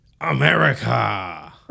America